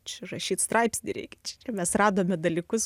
čia rašyt straipsnį reikia ir mes radome dalykus